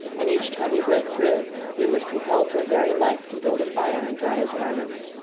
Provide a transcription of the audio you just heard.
and each time he broke through he was compelled for very life to build a fire and dry his garments.